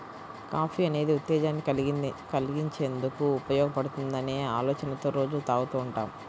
coffee అనేది ఉత్తేజాన్ని కల్గించేందుకు ఉపయోగపడుతుందనే ఆలోచనతో రోజూ తాగుతూ ఉంటాం